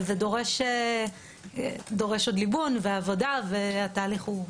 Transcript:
אבל זה דורש עוד ליבון ועבודה, והתהליך ארוך.